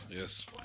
Yes